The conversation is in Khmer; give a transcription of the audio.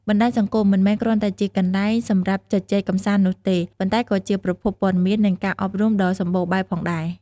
បណ្ដាញសង្គមមិនមែនគ្រាន់តែជាកន្លែងសម្រាប់ជជែកកម្សាន្តនោះទេ ប៉ុន្តែក៏ជាប្រភពព័ត៌មាន និងការអប់រំដ៏សម្បូរបែបផងដែរ។